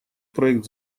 проект